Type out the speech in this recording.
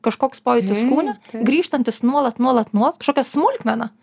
kažkoks pojūtis kūne grįžtantis nuolat nuolat nuolat kažkokia smulkmena